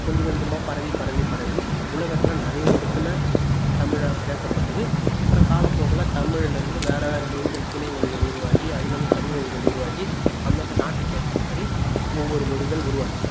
கொஞ்சம் கொஞ்சமாக பரவி பரவி பரவி உலகத்தில் நிறைய இடத்துல தமிழாக பேசப்பட்டது அப்புறம் காலப்போக்கில் தமிழுலிருந்து வேறு வேறு மொழிகள் கிளை மொழிகள் உருவாகி அதிலருந்து தனி மொழிகள் உருவாகி அந்தந்த நாட்டுக்கு ஏற்ற மாதிரி ஒவ்வொரு மொழிகள் உருவாச்சு